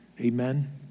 Amen